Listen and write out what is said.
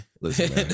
Listen